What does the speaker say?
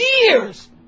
years